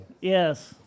Yes